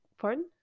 pardon